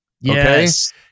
Yes